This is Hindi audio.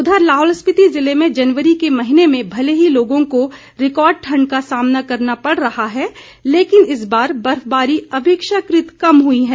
उधर लाहौल स्पीति ज़िले में जनवरी के महीने में भले ही लोगों को रिकॉर्ड ठण्ड का सामना करना पड़ रहा है लेकिन इस बार बर्फबारी अपेक्षाकृत कम हुई है